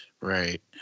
Right